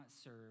serve